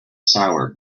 sour